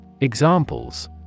Examples